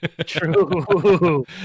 True